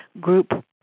group